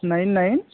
nine nine